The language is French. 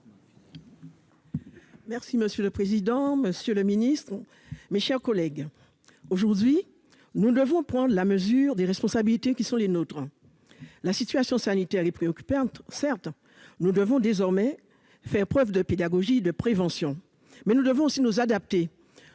Monsieur le président, monsieur le ministre, mes chers collègues, nous devons aujourd'hui prendre la mesure des responsabilités qui sont les nôtres. Si la situation sanitaire demeure préoccupante, nous devons désormais faire preuve de pédagogie, de prévention. Mais nous devons aussi nous adapter.